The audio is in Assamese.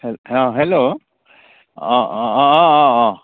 হে অঁ হেল্ল' অঁ অঁ অঁ অঁ অঁ অঁ